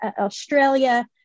Australia